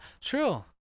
True